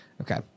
Okay